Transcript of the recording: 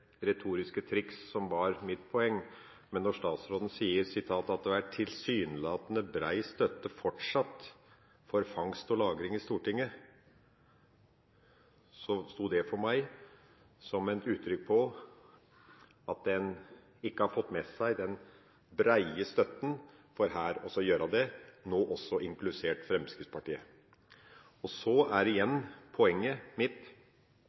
retoriske triks som var mitt poeng. Når statsråden sier at det er tilsynelatende bred støtte i Stortinget for fortsatt fangst og lagring, står det for meg som et uttrykk for at en ikke har fått med seg den brede støtten – nå inkludert Fremskrittspartiet – for å gjøre det. Igjen er poenget mitt